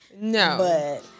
No